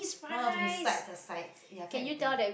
no no to beside the side ya quite eating